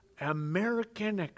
American